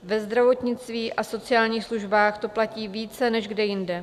Ve zdravotnictví a sociální službách to platí více než kde jinde.